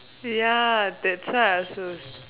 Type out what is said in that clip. ya that's why I also